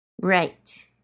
Right